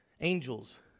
angels